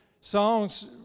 songs